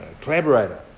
collaborator